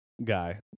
Guy